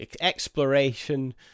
exploration